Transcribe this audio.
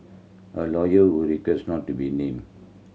a lawyer who requested not to be named